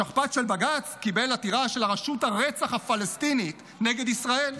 השכפ"ץ של בג"ץ קיבל עתירה של רשות הרצח הפלסטינית נגד ישראל.